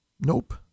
Nope